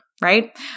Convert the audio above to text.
right